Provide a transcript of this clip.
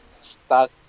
stuck